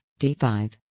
D5